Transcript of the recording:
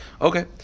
Okay